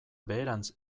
beherantz